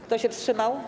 Kto się wstrzymał?